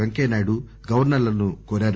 పెంకయ్య నాయుడు గవర్నర్లను కోరారు